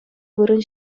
вырӑн